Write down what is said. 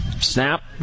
Snap